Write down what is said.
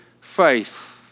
faith